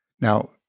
Now